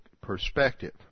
perspective